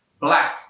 black